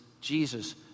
Jesus